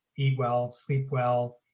eat well, sleep well,